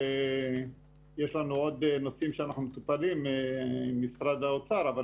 יש לנו עוד נושאים שמטופלים במשרד האוצר אבל